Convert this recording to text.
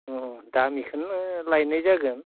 दामिखौनो लाबोनाय जागोन